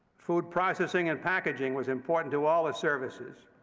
food processing and packaging was important to all of services?